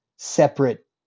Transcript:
Separate